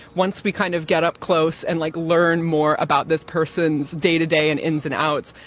once we kind of get up close and like, learn more about this person's day to day and ins and outs.